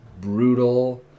brutal